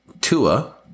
Tua